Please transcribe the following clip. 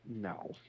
No